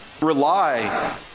rely